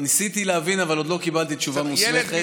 ניסיתי להבין, אבל עוד לא קיבלתי תשובה מוסמכת.